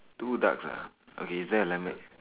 two ducks ah okay is there a lemonade